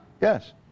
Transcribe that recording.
Yes